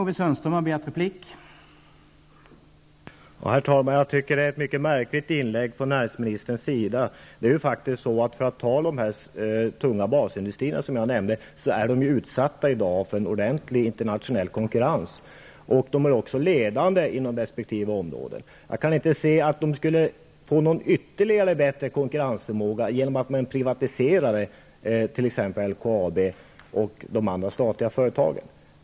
Herr talman! Jag tycker att näringsministerns inlägg var mycket märkligt. De tunga basindustrier som jag nämnde är ju faktiskt i dag utsatta för en ordentlig internationell konkurrens, och de är också ledande inom resp. område. Jag kan inte se att t.ex. LKABs konkurrensförmåga ytterligare skulle förbättras genom en privatisering.